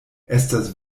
estas